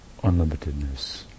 unlimitedness